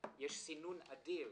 סינון אדיר